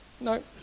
No